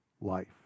life